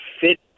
fit